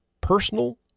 personal